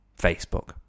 Facebook